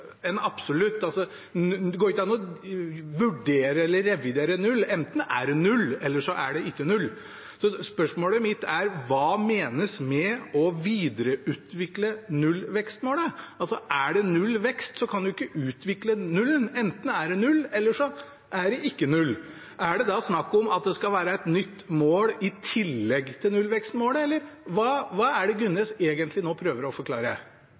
et absolutt, det går ikke an å vurdere eller revidere null. Enten er det null, eller så er det ikke null. Så spørsmålet mitt er: Hva menes med å videreutvikle nullvekstmålet? Er det null vekst, kan en ikke utvikle null. Enten er det null, eller så er det ikke null. Er det da snakk om at det skal være et nytt mål i tillegg til nullvekstmålet, eller hva er det Gunnes nå egentlig prøver å forklare?